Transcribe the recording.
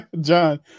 John